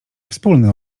wspólne